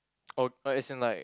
oh oh as in like